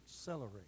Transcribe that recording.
accelerate